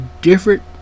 different